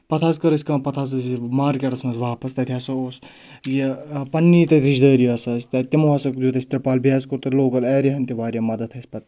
پَتہٕ حظ کٔر أسۍ کٲم پَتہٕ ہَسا یہِ مارکیٹَس منٛز واپَس تَتہِ ہسا اوس یہِ پَننی رِشتہٕ دٲری ہَسا تِمو ہَسا دیُت اَسہِ تِرٛپال بیٚیہِ حظ کوٚر تہٕ لوکَل اَیٚرِیاہَن تہِ واریاہ مَدَتھ آسہِ پَتہٕ